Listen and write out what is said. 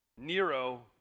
Nero